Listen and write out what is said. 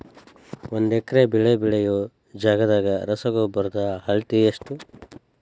ಒಂದ್ ಎಕರೆ ಬೆಳೆ ಬೆಳಿಯೋ ಜಗದಾಗ ರಸಗೊಬ್ಬರದ ಅಳತಿ ಎಷ್ಟು?